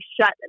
shut